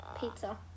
pizza